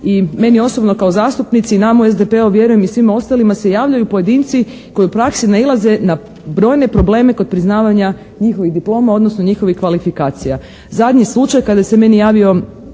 i meni osobno kao zastupnici, nama u SDP-u, vjerujem i svima ostalima se javljaju pojedinci koji u praksi nailaze na brojne probleme kod priznavanja njihovih diploma, odnosno njihovih kvalifikacija. Zadnji slučaj kada se meni javio